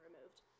removed